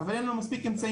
אבל אין לה מספיק אמצעים.